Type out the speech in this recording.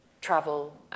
travel